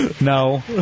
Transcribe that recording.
No